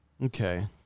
Okay